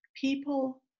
people